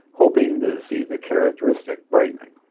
hoping to see the characteristic brightening.